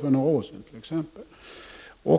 för några år sedan ett mycket komplicerat fall från Göteborg.